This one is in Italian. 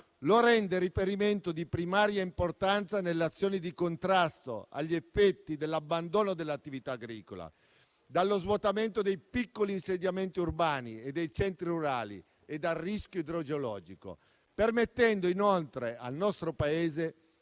infatti riferimento di primaria importanza nell'azione di contrasto agli effetti dell'abbandono dell'attività agricola, dello svuotamento dei piccoli insediamenti urbani e dei centri rurali e del rischio idrogeologico, permettendo inoltre al nostro Paese